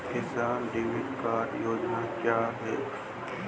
किसान credit card योजना क्या है?